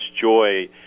joy